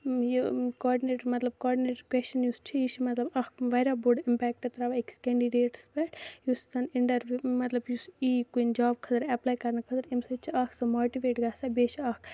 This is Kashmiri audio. یہِ کاڈِنیٹر مطلب کاڈِنیٹر کوسچن یُس چھُ یہِ چھُ مطلب اکھ واریاہ بوٚڑ امپیکٹ تراوان أکِس کینڈِڈیٹَس پٮ۪ٹھ یُس زَن اِنٹرویو مطلب یُس یی کُنہِ جاب خٲطرٕ ایپلَے کرنہٕ خٲطرٕ اَمہِ سۭتۍ چھُ اکھ سُہ ماٹِویٹ گژھان بیٚیہِ چھُ اکھ